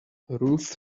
ruth